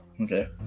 Okay